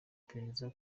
iperereza